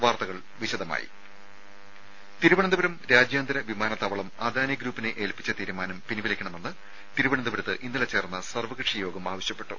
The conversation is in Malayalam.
വാർത്തകൾ വിശദമായി തിരുവനന്തപുരം രാജ്യാന്തര വിമാനത്താവളം അദാനി ഗ്രൂപ്പിനെ ഏൽപ്പിച്ച തീരുമാനം പിൻവലിക്കണമെന്ന് തിരുവനന്തപുരത്ത് ഇന്നലെ ചേർന്ന സർവ്വകക്ഷി യോഗം ആവശ്യപ്പെട്ടു